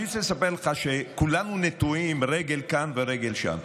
אני רוצה לספר לך שכולנו נטועים רגל כאן ורגל שם.